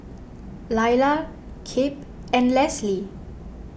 Lailah Kip and Lesli